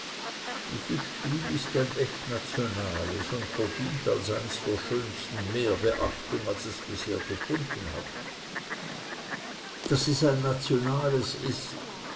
dieses spiel ist ein echt nationales und verdient als eins der schönsten mehr betrachtung als es bisher gefunden hat daß es ein nationales ist